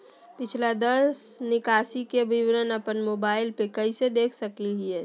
पिछला दस निकासी के विवरण अपन मोबाईल पे कैसे देख सके हियई?